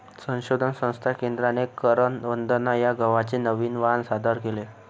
संशोधन संस्था केंद्राने करण वंदना या गव्हाचे नवीन वाण सादर केले आहे